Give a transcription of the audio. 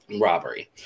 robbery